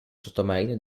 sottomarino